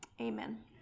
amen